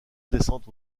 descente